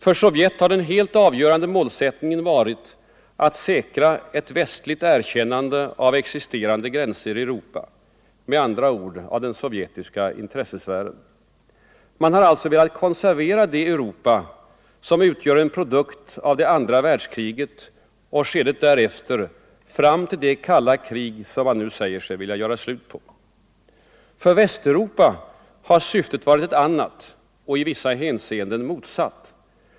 För Sovjet har den helt avgörande målsättningen varit att säkra ett västligt erkännande av existerande gränser i Europa, med andra ord av den sovjetiska intressesfären. Man har alltså velat konservera det Europa som utgör en produkt av det andra världskriget och skedet därefter fram till det kalla krig som man nu säger sig vilja göra slut på. För Västeuropa har syftet varit ett annat och i vissa hänseenden motsatt.